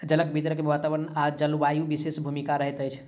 जलक वितरण मे वातावरण आ जलवायुक विशेष भूमिका रहैत अछि